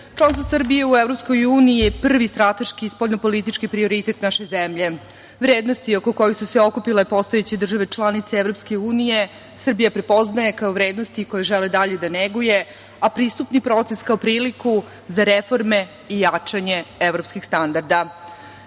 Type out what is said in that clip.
članstvo Srbije u EU je prvi strateški i spoljnopolitički prioritet naše zemlje. Vrednosti oko kojih su se okupile postojeće države članice EU Srbija prepoznaje kao vrednosti koje želi dalje da neguje, a pristupni proces kao priliku za reforme i jačanje evropskih standarda. Evropska